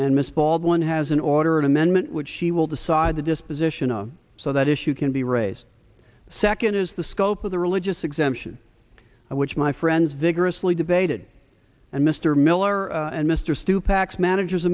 and miss baldwin has an order or an amendment which she will decide the disposition of so that issue can be raised the second is the scope of the religious exemption which my friends vigorously debated and mr miller and mr stu packs manager